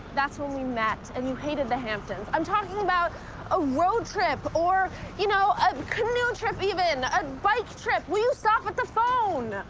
that's where we met, and you hated the hamptons. i'm talking about a road trip, or you know a canoe trip, even. a bike trip. will you stop with the phone?